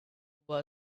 juba